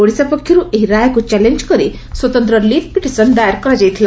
ଓଡ଼ିଶା ପକ୍ଷରୁ ଏହି ରାୟକୁ ଚ୍ୟାଲେଞ୍ କରି ସ୍ୱତନ୍ତ ଲିଭ୍ ପିଟିସନ୍ ଦାୟର କରାଯାଇଥିଲା